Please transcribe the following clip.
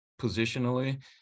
positionally